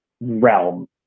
realm